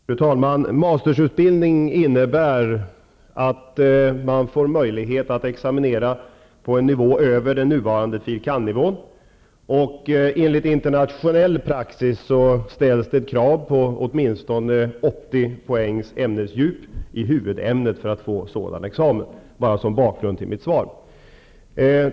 Fru talman! Mastersutbildning innebär att man får möjlighet att examinera på en högre nivå än den nuvarande fil.kand.-nivån. Enligt internationell praxis ställs det för sådan examen krav på åtminstone 80 poängs ämnesdjup i huvudämnet. Detta säger jag som bakgrund till mitt svar.